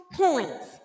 points